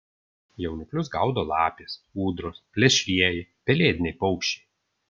jauniklius gaudo lapės ūdros plėšrieji pelėdiniai paukščiai